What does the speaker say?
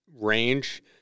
range